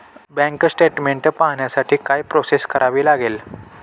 Bank statement पाहण्यासाठी काय process करावी लागेल?